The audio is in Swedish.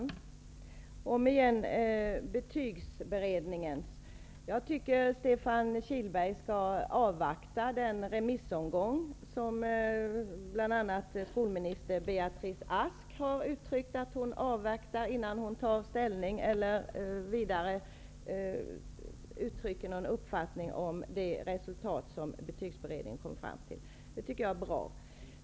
Herr talman! Betygsberedningen, om igen. Jag tycker att Stefan Kihlberg skall avvakta den remissomgång som bl.a. skolminister Beatrice Ask har sagt att hon avvaktar, innan hon tar ställning till eller uttrycker någon uppfattning om det resultat som betygsberedningen har kommit fram till. Att hon har sagt det tycker jag är bra.